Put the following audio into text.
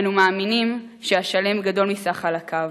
אנו מאמינים שהשלם גדול מסך חלקיו,